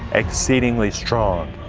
exceedingly strong.